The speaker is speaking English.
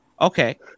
Okay